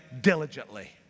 diligently